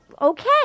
okay